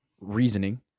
reasoning